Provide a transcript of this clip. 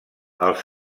els